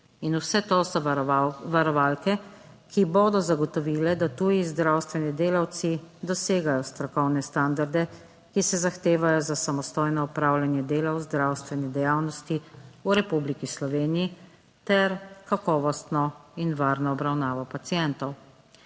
in vse to so varovalke, ki bodo zagotovile, da tuji zdravstveni delavci dosegajo strokovne standarde, ki se zahtevajo za samostojno opravljanje dela v zdravstveni dejavnosti v Republiki Sloveniji ter kakovostno in varno obravnavo pacientov.